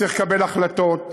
וצריך לקבל החלטות,